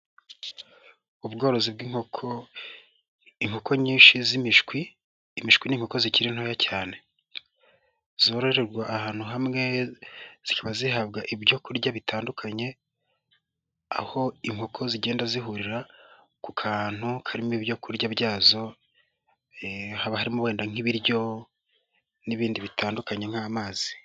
Ubworozi bw'inkoko, inkoko nyinshi z'imishwi, imishwi ni inkoko zikiri ntoya cyane, zororerwa ahantu hamwe, zikaba zihabwa ibyo kurya bitandukanye, aho inkoko zigenda zihurira ku kantu karimo ibyoku kurya byazo, haba harimo wenda nk'ibiryo n'ibindi bitandukanye nk'amazi.